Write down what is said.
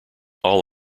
all